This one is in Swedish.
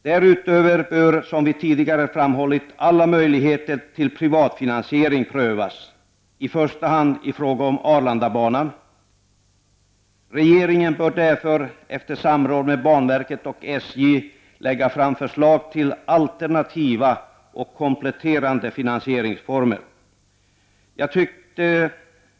Därtill bör som vi tidigare framhållit alla möjligheter till privatfinansiering prövas, i första hand i fråga om Arlandabanan. Regeringen bör därför, efter samråd med banverket och SJ, lägga fram förslag till alternativa och kompletterande finansieringsformer.